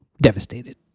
devastated